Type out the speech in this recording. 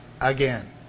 again